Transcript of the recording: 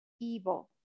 evil